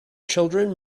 children